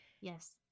Yes